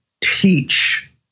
teach